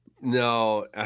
No